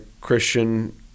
Christian